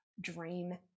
dream